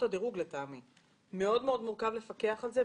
הדירוג - מאוד מאוד מורכב לפקח על זה,